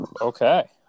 okay